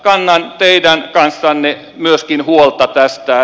kannan teidän kanssanne myöskin huolta tästä